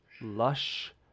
Lush